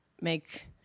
make